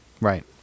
Right